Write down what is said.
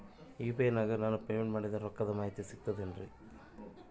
UPI ನಾಗ ನಾನು payment ಮಾಡಿದ ರೊಕ್ಕದ ಮಾಹಿತಿ ಸಿಕ್ತದೆ ಏನ್ರಿ?